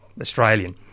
Australian